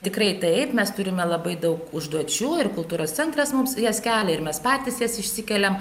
tikrai taip mes turime labai daug užduočių ir kultūros centras mums jas kelia ir mes patys jas išsikeliam